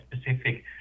specific